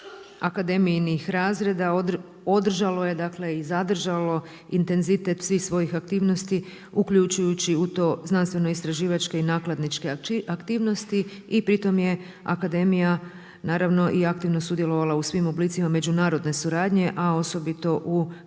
akademijinih razreda održalo je i zadržalo intenzitet svih svojih aktivnosti uključujući u to znanstveno-istraživačke i nakladničke aktivnosti i pri tom je akademija naravno aktivno sudjelovala u svim oblicima međunarodne suradnje, a osobito u